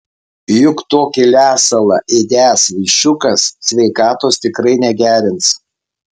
juk tokį lesalą ėdęs viščiukas sveikatos tikrai negerins